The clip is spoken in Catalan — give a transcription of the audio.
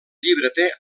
llibreter